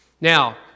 Now